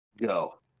Go